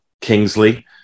Kingsley